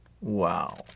Wow